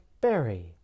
berry